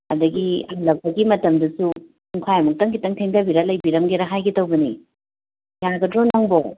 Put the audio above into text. ꯑꯗꯒꯤ ꯊꯤꯂꯛꯄꯒꯤ ꯃꯇꯝꯗꯨꯁꯨ ꯄꯨꯡꯈꯥꯏꯃꯨꯛꯇꯪ ꯈꯤꯠꯇꯪ ꯊꯦꯡꯗꯕꯤꯔꯒ ꯂꯩꯕꯤꯔꯝꯒꯦꯔ ꯍꯥꯏꯒꯦ ꯇꯧꯕꯅꯦ ꯌꯥꯒꯗ꯭ꯔꯣ ꯅꯪꯕꯣ